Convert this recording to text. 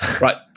right